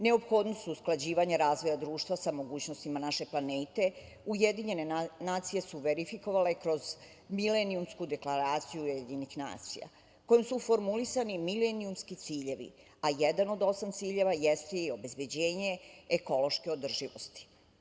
Neophodnost usklađivanja razvoja društva sa mogućnostima naše planete UN su verifikovale kroz milenijumsku deklaraciju UN, kojem su formulisani milenijumski ciljevi, a jedan od osam ciljeva jeste i obezbeđenje ekološke održivosti.